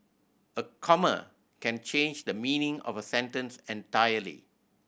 a comma can change the meaning of a sentence entirely